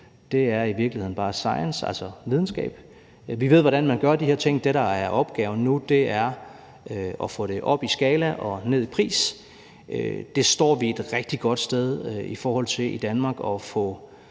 er i virkeligheden bare science, altså videnskab. Vi ved, hvordan man gør de her ting. Det, der er opgaven nu, er at få det op i skala og ned i pris. Der står vi i Danmark et rigtig godt sted i forhold til at få